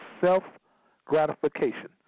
self-gratification